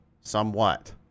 somewhat